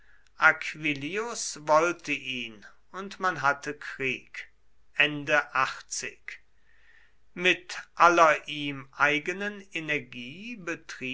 aquillius wollte ihn und man hatte krieg mit aller ihm eigenen energie